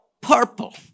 purple